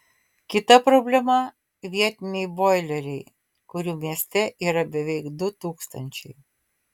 kita problema vietiniai boileriai kurių mieste yra beveik du tūkstančiai